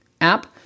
app